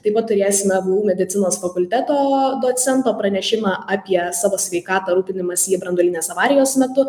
taip pat turėsime v u medicinos fakulteto docento pranešimą apie savo sveikatą rūpinimąsi branduolinės avarijos metu